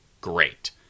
Great